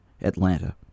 Atlanta